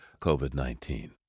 COVID-19